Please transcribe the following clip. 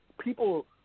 people